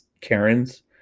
Karen's